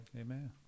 Amen